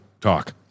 talk